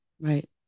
Right